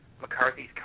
McCarthy's